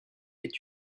est